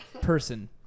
person